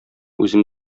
үзем